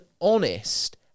honest